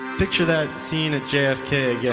picture that scene at jfk yeah